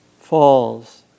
falls